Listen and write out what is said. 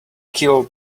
kill